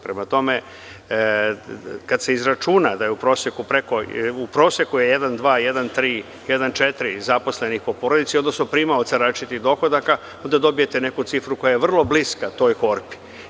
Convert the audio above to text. Prema tome, kada se izračuna da je u proseku 1,2; 1,3; 1,4 zaposlenih po porodici, odnosno primaoca različitih dohodaka, onda dobijete neku cifru koja je vrlo bliska toj korpi.